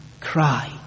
cry